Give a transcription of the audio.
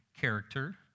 character